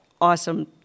awesome